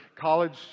college